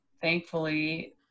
thankfully